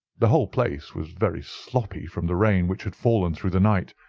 the whole place was very sloppy from the rain which had fallen through the night.